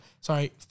Sorry